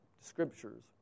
scriptures